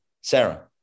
sarah